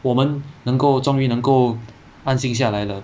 我们能够终于能够安静下来了